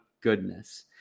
goodness